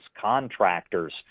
contractors